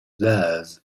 theirs